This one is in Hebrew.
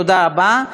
תודה רבה.